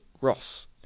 Ross